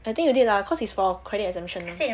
I think you did lah cause it's for credit exemption [one]